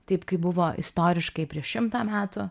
taip kaip buvo istoriškai prieš šimtą metų